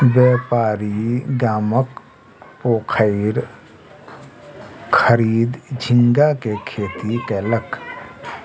व्यापारी गामक पोखैर खरीद झींगा के खेती कयलक